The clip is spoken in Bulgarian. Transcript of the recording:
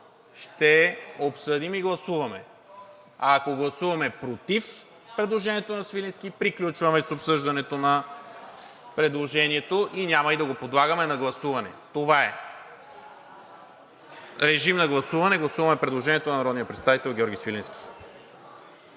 ще обсъдим и гласуваме, а ако гласуваме против предложението на Свиленски, приключваме с обсъждането на предложението и няма и да го подлагаме на гласуване. Това е. Гласуваме предложението на народния